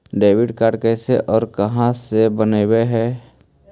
Debit card कैसे और कहां से बनाबे है?